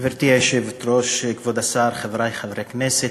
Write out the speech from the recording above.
גברתי היושבת-ראש, כבוד השר, חברי חברי הכנסת,